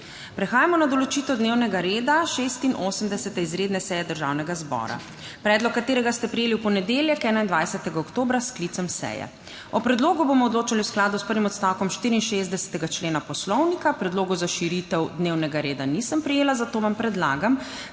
Prehajamo na določitev dnevnega reda 86. izredne seje Državnega zbora, predlog katerega ste prejeli v ponedeljek, 21. oktobra, s sklicem seje. O predlogu bomo odločali v skladu s prvim odstavkom 64. člena Poslovnika. Predlogov za širitev dnevnega reda nisem prejela, zato vam predlagam,